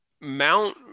Mount